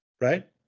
Right